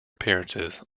appearances